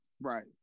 Right